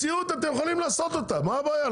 מציאות אתם יכולים לעשות אותה, מה הבעיה?